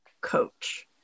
Coach